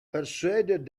persuaded